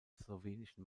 slowenischen